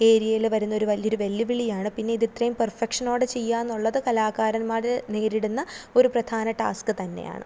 ഏരിയയിൽ വരുന്നൊരു വലിയൊരു വെല്ലുവിളിയാണ് പിന്നെ ഇത് ഇത്രയും പെർഫെക്ഷനോടെ ചെയ്യുകയെന്നുള്ളത് കലാകാരൻമാർ നേരിടുന്ന ഒരു പ്രധാന ടാസ്ക് തന്നെയാണ്